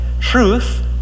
truth